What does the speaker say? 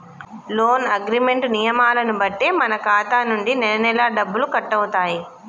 loan agreement నియమాలను బట్టే మన ఖాతా నుంచి నెలనెలా డబ్బులు కట్టవుతాయి